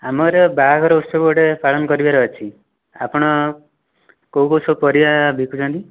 ଆମ ଏରିଆରେ ବାହାଘର ଉତ୍ସବ ଗୋଟିଏ ପାଳନ କରିବାର ଅଛି ଆପଣ କେଉଁ କେଉଁ ସବୁ ପରିବା ବିକୁଛନ୍ତି